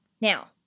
Now